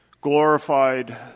glorified